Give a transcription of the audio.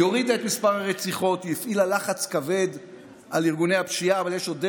ואתה יושב פה כאילו לא קרה